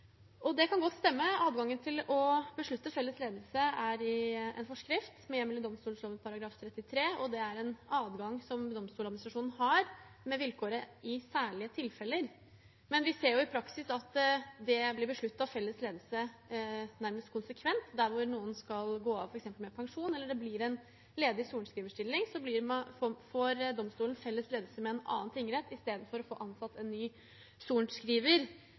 Det kan godt stemme. Adgangen til å beslutte felles ledelse er i en forskrift med hjemmel i domstolloven § 33, og det er en adgang som Domstoladministrasjonen har, med vilkåret «i særlige tilfeller». Men vi ser jo i praksis at det blir besluttet felles ledelse nærmest konsekvent, f.eks. der noen skal gå av med pensjon, eller der det blir en ledig sorenskriverstilling. Da får domstolen felles ledelse med en annen tingrett i stedet for å få ansatt en ny sorenskriver.